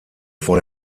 vor